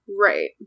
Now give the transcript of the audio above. Right